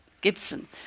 Gibson